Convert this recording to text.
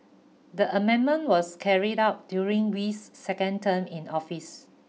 the amendment was carried out during Wee's second term in office